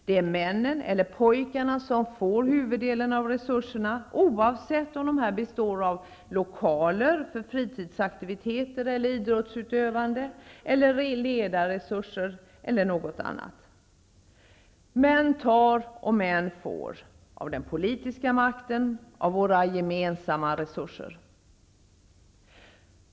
Det är männen eller pojkarna som får huvuddelen av resurserna, oavsett om dessa består av lokaler för fritidsaktiviteter och idrott, av ledarresurser eller av något annat. Män tar och män får, av den politiska makten, av våra gemensamma resurser. Nu har många börjat fundera.